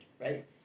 right